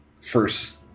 first